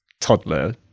toddler